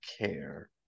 care